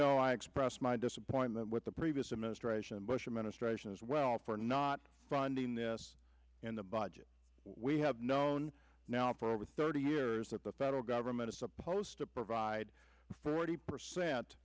know i expressed my disappointment with the previous administration bush administration as well for not funding this in the budget we have known now for over thirty years that the federal government is supposed to provide for forty percent